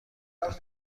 بود